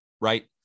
right